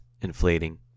inflating